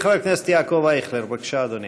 חבר הכנסת יעקב אייכלר, בבקשה, אדוני.